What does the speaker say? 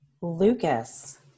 Lucas